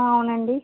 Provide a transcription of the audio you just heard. అవునండి